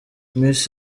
miss